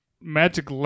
Magic